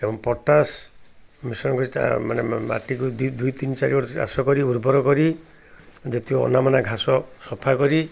ଏବଂ ପଟାସ୍ ମିଶ୍ରଣ କରି ମାନେ ମାଟିକୁ ଦୁଇ ଦୁଇ ତିନି ଚାରି ଗୋଟ ଚାଷ କରି ଉର୍ବର କରି ଯେତିକି ଅନାବନା ଘାସ ସଫା କରି